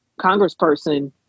congressperson